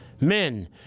Men